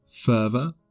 Further